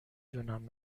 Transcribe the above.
دونم